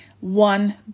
one